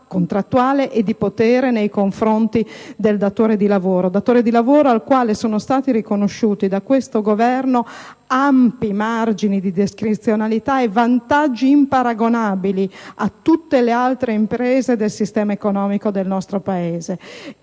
contrattuale e di potere nei confronti del datore di lavoro; datore di lavoro al quale sono stati riconosciuti da questo Governo ampi margini di discrezionalità e vantaggi imparagonabili a tutte le altre imprese del sistema economico del nostro Paese.